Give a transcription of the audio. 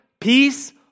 peace